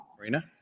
Marina